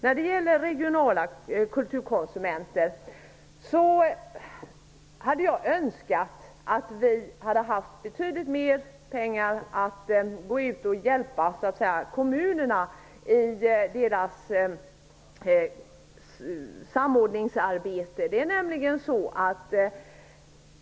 När det gäller regionala kulturkonsumenter hade jag önskat att vi hade haft betydligt mer pengar för att kunna hjälpa kommunerna i deras samordningsarbete.